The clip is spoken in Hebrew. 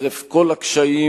חרף כל הקשיים.